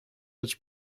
its